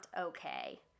okay